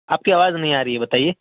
آپ کی آواز نہیں آ رہی ہے بتایے